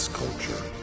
culture